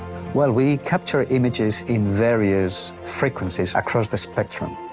well, we capture images in various frequencies across the spectrum.